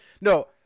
no